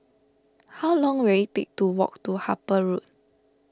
how long will it take to walk to Harper Road